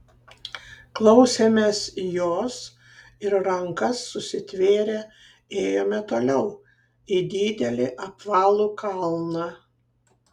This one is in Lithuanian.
klausėmės jos ir rankas susitvėrę ėjome toliau į didelį apvalų kalną